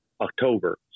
October